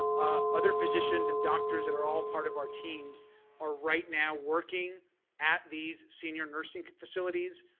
other physicians, and doctors that are all part of our teams are right now working at these senior nursing facilities.